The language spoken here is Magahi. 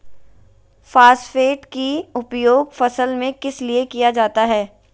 फॉस्फेट की उपयोग फसल में किस लिए किया जाता है?